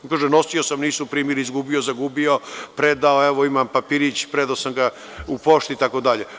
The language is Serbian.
On kaže – nosio sam, nisu primili, zagubio, predao, evo imam papirić, predao sam ga u pošti, itd.